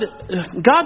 God